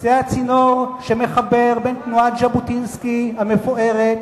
זה הצינור שמחבר בין תנועת ז'בוטינסקי המפוארת